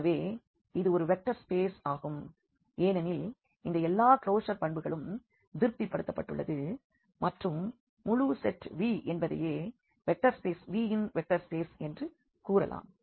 எனவே இது ஒரு வெக்டர் ஸ்பேஸ் ஆகும் ஏனெனில் இந்த எல்லா க்ளோஷர் பண்புகளும் திருப்திபடுத்தப்பட்டுள்ளது மற்றும் முழு செட் V என்பதையே வெக்டர் ஸ்பேஸ் Vயின் வெக்டர் சப்ஸ்பேஸ் என்று கூறலாம்